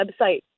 website